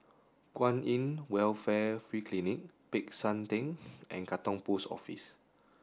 Kwan In Welfare Free Clinic Peck San Theng and Katong Post Office